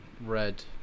red